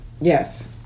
Yes